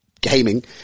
gaming